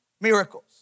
miracles